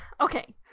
Okay